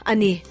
Ani